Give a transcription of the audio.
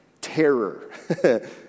Terror